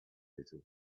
little